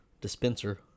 dispenser